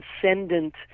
transcendent